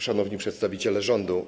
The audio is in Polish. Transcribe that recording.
Szanowni Przedstawiciele Rządu!